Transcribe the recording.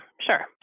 sure